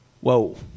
Whoa